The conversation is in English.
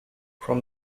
from